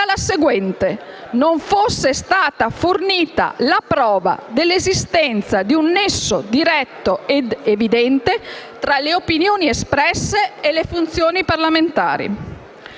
non essendo stata fornita la prova dell'esistenza di un nesso diretto ed evidente tra le opinioni espresse e le funzioni parlamentari